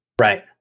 Right